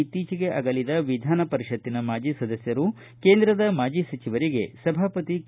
ಇತ್ತೀಚೆಗೆ ಅಗಲಿದ ವಿಧಾನವರಿಷತ್ತಿನ ಮಾಜಿ ಸದಸ್ತರು ಕೇಂದ್ರದ ಮಾಜಿ ಸಚಿವರಿಗೆ ಸಭಾಪತಿ ಕೆ